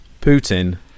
Putin